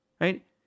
right